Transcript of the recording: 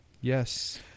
yes